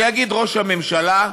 שיגיד ראש הממשלה: